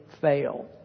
Fail